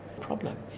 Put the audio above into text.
Problem